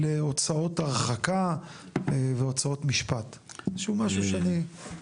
אלה הוצאות הרחקה והוצאות משפט, איזשהו משהו שאני-